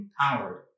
empowered